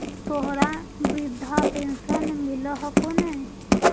तोहरा वृद्धा पेंशन मिलहको ने?